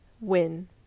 win